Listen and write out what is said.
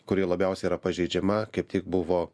kuri labiausiai yra pažeidžiama kaip tik buvo